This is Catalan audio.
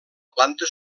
planta